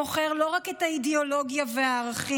מוכר לא רק את האידיאולוגיה והערכים